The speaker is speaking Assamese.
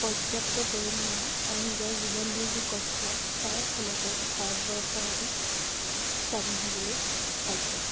পৰ্যাপ্ত পৰিমাণৰ আৰু নিজৰ জীৱন দিও যি কষ্ট তাৰ ফলতেই ভাৰতবৰ্ষৰ আদি স্বাধীন হ'বলৈ পাইছে